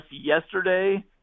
yesterday